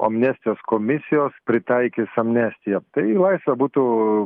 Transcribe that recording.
amnestijos komisijos pritaikys amnestiją tai į laisvę būtų